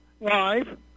live